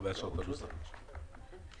הפסקה שלוש דקות.